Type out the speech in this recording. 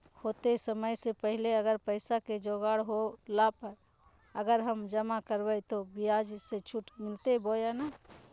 होतय समय से पहले अगर पैसा के जोगाड़ होला पर, अगर हम जमा करबय तो, ब्याज मे छुट मिलते बोया नय?